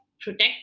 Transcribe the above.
protect